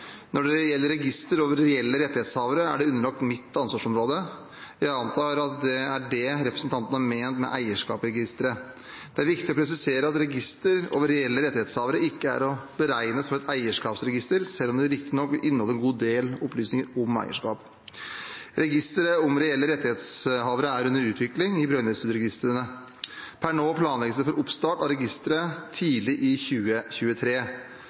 Når det gjelder registeret over reelle rettighetshavere, er det underlagt mitt ansvarsområde. Jeg antar at det er det representanten har ment med eierskapsregisteret. Det er viktig å presisere at registeret over reelle rettighetshavere ikke er å regne som et eierskapsregister, selv om det riktignok inneholder en god del opplysninger om eierskap. Registeret over reelle rettighetshavere er under utvikling i Brønnøysundregistrene. Per nå planlegges det for oppstart av registeret tidlig i 2023.